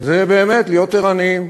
היא באמת להיות ערניים.